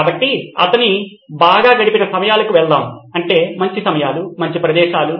కాబట్టి అతని బాగా గడిపిన సమయాలకు వెళ్దాం అంటే మంచి సమయాలు మంచి ప్రదేశంలు